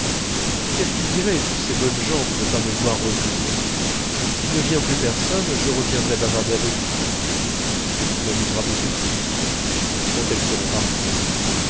qu'est-ce qu'ils diraient toutes ces bonnes gens de ne pas me voir revenir s'il ne vient plus personne je reviendrai bavarder avec vous ce qui m'amusera beaucoup plus quand elles seront parties